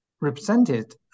represented